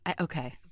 Okay